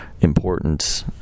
important